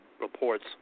reports